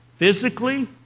Physically